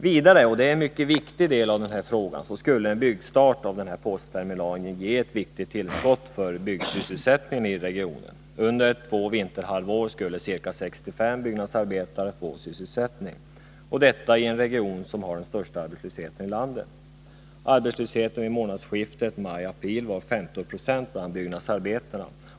Vidare — och det är en mycket viktig del av frågan — skulle en byggstart av den här aktuella postterminalen utgöra ett viktigt tillskott för byggsysselsättningen i regionen. Under två vinterhalvår skulle ca 65 byggnadsarbetare få sysselsättning, och detta i en region som har den största arbetslösheten i landet. Arbetslösheten uppgick vid månadsskiftet april-maj till 15 96 bland byggnadsarbetarna.